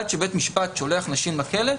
עד שבית משפט שולח נשים לכלא,